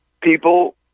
people